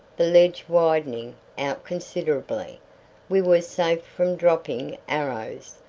the ledge widening out considerably we were safe from dropping arrows,